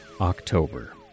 October